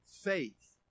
faith